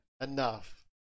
enough